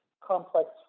complex